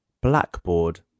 BLACKBOARD